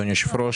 אדוני היושב-ראש,